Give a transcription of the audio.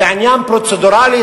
זה עניין פרוצדורלי,